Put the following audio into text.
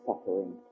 suffering